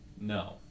No